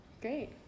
Great